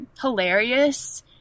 hilarious